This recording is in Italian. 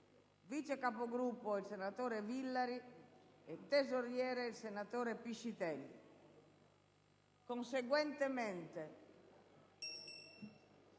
vice capogruppo il senatore Villari e tesoriere il senatore Piscitelli. Conseguentemente,